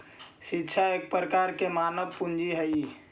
शिक्षा एक प्रकार के मानव पूंजी हइ